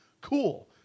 Cool